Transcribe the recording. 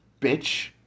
bitch